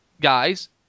guys